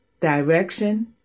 direction